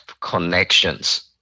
connections